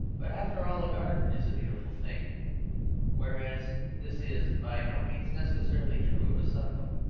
but, after all, a garden is a beautiful thing whereas this is by no means necessarily true of a cycle,